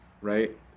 right